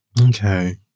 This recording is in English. okay